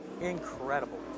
Incredible